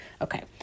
Okay